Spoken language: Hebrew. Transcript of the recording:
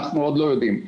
אנחנו עוד לא יודעים.